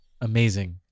amazing